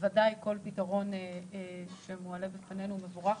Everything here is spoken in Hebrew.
ודאי כל פתרון שמועלה בפנינו מבורך,